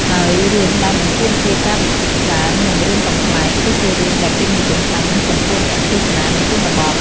ហើយរឿងដែលមិនទាមទារការវិភាគច្រើន និងរឿងកំប្លែងគឺជារឿងដែលពេញនិយមខ្លាំងណាស់ ចំពោះអ្នកទស្សនានៅជនបទ។